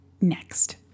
next